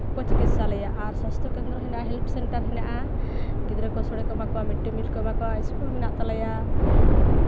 ᱠᱚ ᱪᱤᱠᱤᱛᱥᱟ ᱞᱮᱭᱟ ᱟᱨ ᱥᱟᱥᱛᱷᱚ ᱠᱮᱱᱫᱨᱚ ᱦᱮᱱᱟᱜᱼᱟ ᱦᱮᱞᱯ ᱥᱮᱱᱴᱟᱨ ᱦᱮᱱᱟᱜᱼᱟ ᱜᱤᱫᱽᱨᱟᱹ ᱠᱚ ᱥᱳᱲᱮ ᱠᱚ ᱮᱢᱟ ᱠᱚᱣᱟ ᱢᱤᱰᱼᱰᱮᱼᱢᱤᱞ ᱠᱚ ᱮᱢᱟ ᱠᱚᱣᱟ ᱤᱥᱠᱩᱞ ᱢᱮᱱᱟᱜ ᱛᱟᱞᱮᱭᱟ